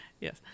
Yes